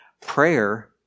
prayer